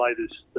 latest